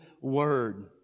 word